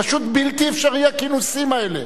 פשוט בלתי אפשרי, הכינוסים האלה.